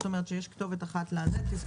אז אם נמל מבקש לפתוח רציף למה לא פותחים?